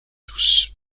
douces